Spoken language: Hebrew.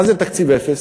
מה זה תקציב אפס?